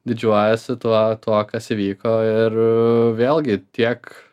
didžiuojuosi tuo tuo kas įvyko ir vėlgi tiek